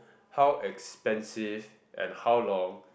how expensive and how long